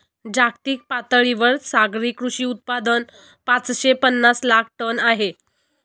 जागतिक पातळीवर सागरी कृषी उत्पादन पाचशे पनास लाख टन आहे